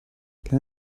can